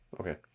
Okay